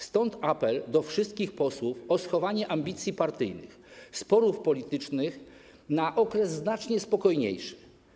Stąd apel do wszystkich posłów o schowanie ambicji partyjnych, sporów politycznych na okres znacznie spokojniejszy.